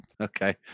Okay